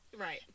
Right